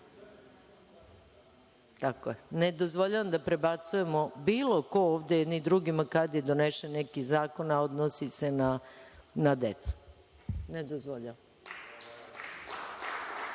je. Ne dozvoljavam da prebacujemo, bilo ko ovde, jedni drugima kada je donet neki zakon, a odnosi se na decu. Ne dozvoljavam. Na